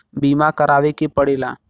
बीमा करावे के पड़ेला